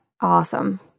awesome